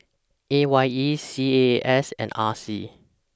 A Y E C A A S and R C